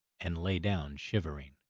and lay down shivering.